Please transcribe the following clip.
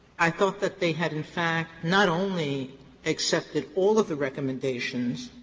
i thought that they had in fact not only accepted all of the recommendations,